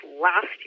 last